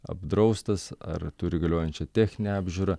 apdraustas ar turi galiojančią techninę apžiūrą